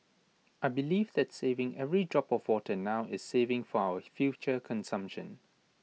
I believe that saving every drop of water now is saving for our future consumption